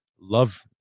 Love